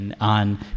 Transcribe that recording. on